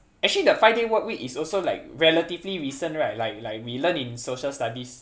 actually the five day work week is also like relatively recent right like like we learn in social studies